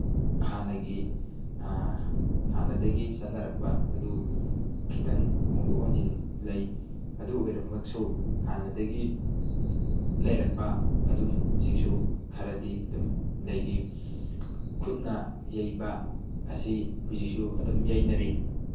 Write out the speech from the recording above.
ꯍꯥꯟꯅꯒꯤ ꯍꯥꯟꯅꯗꯒꯤ ꯆꯠꯅꯔꯛꯄ ꯑꯗꯨ ꯈꯤꯇꯪ ꯍꯣꯡꯗꯣꯛ ꯍꯣꯡꯖꯤꯟ ꯂꯩ ꯑꯗꯨ ꯑꯣꯏꯔꯕꯃꯛꯁꯨ ꯍꯥꯟꯅꯗꯒꯤ ꯂꯩꯔꯛꯄ ꯑꯗꯨꯝ ꯍꯧꯖꯤꯛꯁꯨ ꯈꯔꯗꯤ ꯑꯗꯨꯝ ꯂꯩꯔꯤ ꯈꯨꯠꯅ ꯌꯩꯕ ꯑꯁꯤ ꯍꯧꯖꯤꯛꯁꯨ ꯑꯗꯨꯝ ꯌꯩꯅꯔꯤ